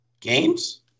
games